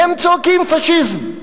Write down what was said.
הם צועקים "פאשיזם".